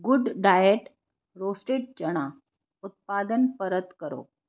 good diet roasted chana ઉત્પાદન પરત કરો